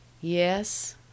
Yes